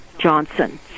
Johnson